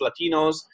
Latinos